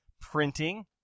printing